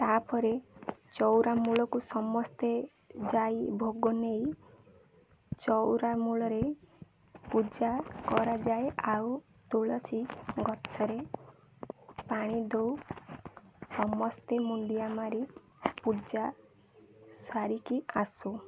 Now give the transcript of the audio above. ତା'ପରେ ଚଉରା ମୂଳକୁ ସମସ୍ତେ ଯାଇ ଭୋଗ ନେଇ ଚଉଁରା ମୂଳରେ ପୂଜା କରାଯାଏ ଆଉ ତୁଳସୀ ଗଛରେ ପାଣି ଦଉ ସମସ୍ତେ ମୁଣ୍ଡିଆ ମାରି ପୂଜା ସାରିକି ଆସୁ